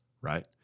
right